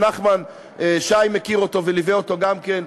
שנחמן שי מכיר אותו וליווה אותו גם כן,